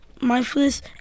mindfulness